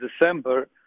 December